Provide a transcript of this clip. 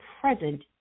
present